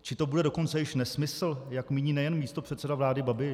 Či to bude dokonce již nesmysl, jak míní nejen místopředseda vlády Babiš?